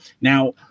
Now